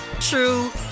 true